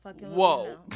Whoa